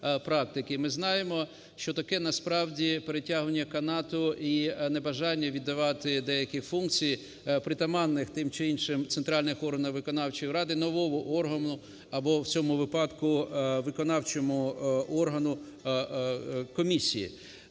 ми знаємо, що таке насправді перетягування канату і небажання віддавати деякі функції, притаманних тим чи іншим центральним органам виконавчої влади нового органу або в цьому випадку виконавчому органу, комісії.